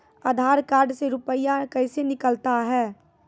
आधार कार्ड से रुपये कैसे निकलता हैं?